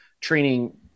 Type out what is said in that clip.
training